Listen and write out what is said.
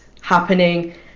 happening